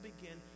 begin